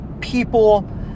people